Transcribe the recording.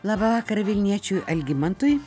labą vakarą vilniečiui algimantui